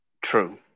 True